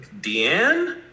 Deanne